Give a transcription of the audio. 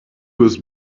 was